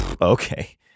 okay